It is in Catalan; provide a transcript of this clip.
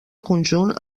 conjunt